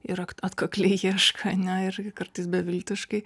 ir akt atkakliai ieško ane ir kartais beviltiškai